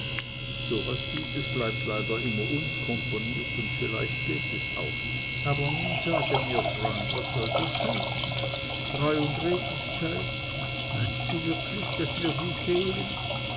so was gutes bleibt leider immer unkomponiert oder vielleicht geht es auch nicht aber nun sage mir freund was soll das alles heißen treu und redlichkeit meinst du wirklich daß mir die fehlen